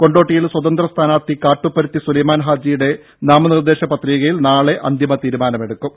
കൊണ്ടോട്ടിയിൽ കക്ഷിരഹിത സ്ഥാനാർത്ഥി കാട്ടുപ്പരുത്തി സുലൈമാൻ ഹാജിയുടെ നാമ നിർദേശ പത്രികയിൽ നാളെ അന്തിമ തീരുമാനമെടുക്കും